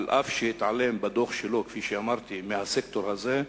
אף שהתעלם בדוח שלו, כפי שאמרתי, מהסקטור הזה,